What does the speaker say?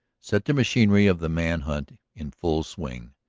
set the machinery of the man hunt in full swing,